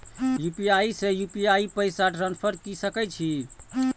UPI से UPI पैसा transfer की सके छी?